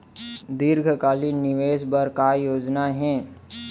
दीर्घकालिक निवेश बर का योजना हे?